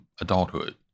adulthood